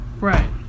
right